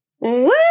Woo